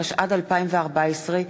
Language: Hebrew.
התשע"ד 2014,